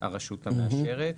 הרשות המאשרת.